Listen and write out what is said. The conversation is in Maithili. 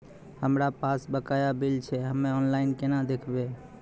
हमरा पास बकाया बिल छै हम्मे ऑनलाइन केना देखबै?